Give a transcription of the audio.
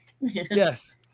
yes